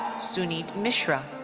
suneet mishra.